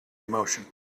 emotion